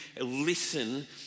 listen